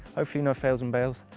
hopefully no fails and bails.